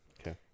Okay